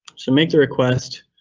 so make the request,